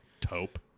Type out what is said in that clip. taupe